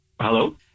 Hello